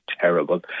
terrible